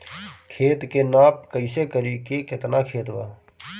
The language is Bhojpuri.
खेत के नाप कइसे करी की केतना खेत बा?